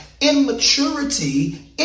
immaturity